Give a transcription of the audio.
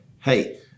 hey